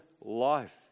life